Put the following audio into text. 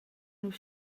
nus